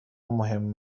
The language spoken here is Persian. مهم